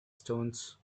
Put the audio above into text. stones